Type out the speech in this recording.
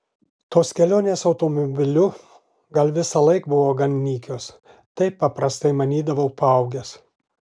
tos kelionės automobiliu gal visąlaik buvo gan nykios taip paprastai manydavau paaugęs